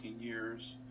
years